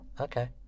Okay